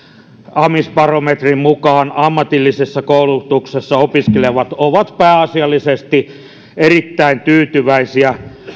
amisbarometrin mukaan ammatillisessa koulutuksessa opiskelevat ovat pääasiallisesti erittäin tyytyväisiä